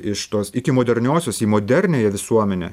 iš tos iki moderniosios į moderniąją visuomenę